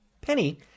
Penny